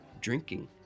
drinking